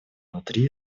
внутри